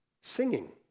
singing